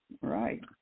Right